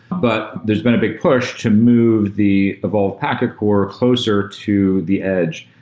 but there's been a big push to move the evolved packet core closer to the edge.